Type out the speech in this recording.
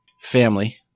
family